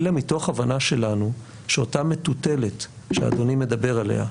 אלא מתוך הבנה שלנו שאותה מטוטלת שאדוני מדבר עליה,